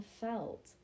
felt